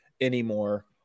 anymore